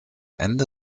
ende